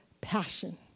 Passion